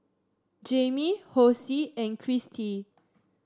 Jamey Hosea and Christy